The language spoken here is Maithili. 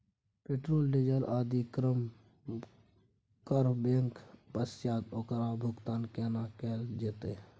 पेट्रोल, डीजल आदि क्रय करबैक पश्चात ओकर भुगतान केना कैल जेतै?